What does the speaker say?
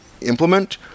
implement